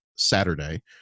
Saturday